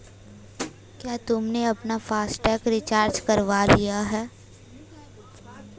क्या तुमने अपना फास्ट टैग रिचार्ज करवा लिया है?